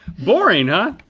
boring huh?